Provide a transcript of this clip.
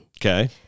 Okay